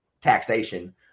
taxation